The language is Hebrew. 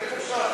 איך אפשר?